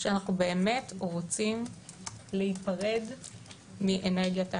שאנחנו באמת רוצים להיפרד מאנרגיית העבר.